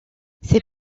ces